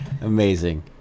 Amazing